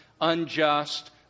unjust